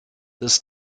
this